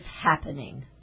happening